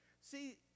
See